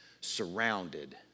surrounded